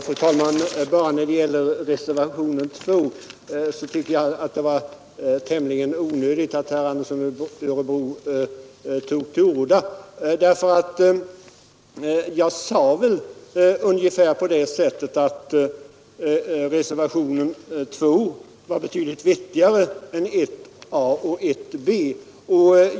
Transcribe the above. Fru talman! Vad beträffar reservationen 2 till näringsutskottets betänkande nr 55 var det tämligen onödigt att herr Andersson i Örebro tog till orda. Jag sade nämligen ungefär att reservationen 2 var betydligt vettigare än reservationerna 1a och 1b.